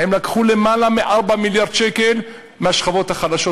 הם לקחו למעלה מ-4 מיליארד שקל מהשכבות החלשות,